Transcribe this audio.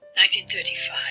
1935